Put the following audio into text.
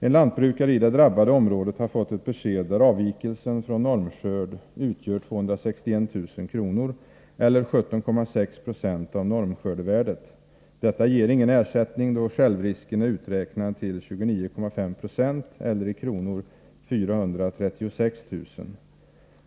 En lantbrukare i det drabbade området har fått ett besked, där avvikelsen från normskörd utgör 261 000 kr. eller 17,6 70 av normskördevärdet. Ingen ersättning utgår eftersom självrisken är uträknad till 29,5 90 eller i kronor 436 000.